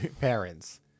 parents